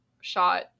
shot